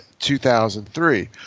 2003